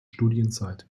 studienzeit